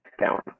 down